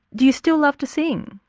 do you still love to sing?